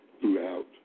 throughout